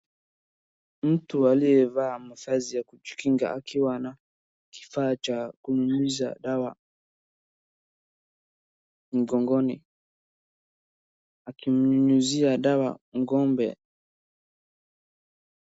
Mtu aliyevaa mavazi ya kujikinga akiwa na kifaa cha kunyunyuza dawa mgongoni akimnyunyuzia dawa ngombe